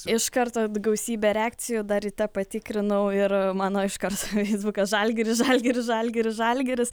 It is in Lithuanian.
iš karto gausybė reakcijų dar ryte patikrinau ir mano iškart feisbukas žalgiris žalgiris žalgiris žalgiris